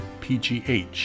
PGH